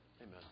Amen